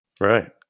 Right